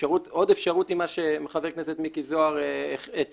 עוד אפשרות היא מה שחבר הכנסת מיקי זוהר הציע,